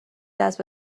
دست